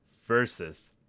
versus